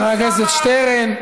חבר הכנסת שטרן.